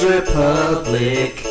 Republic